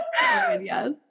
Yes